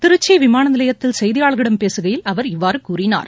திருச்சிவிமானநிலையத்தில் செய்தியாளர்களிடம் பேசுகையில் அவர் இவ்வாறுகூறினார்